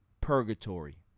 Purgatory